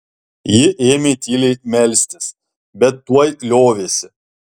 ji ėmė tyliai melstis bet tuoj liovėsi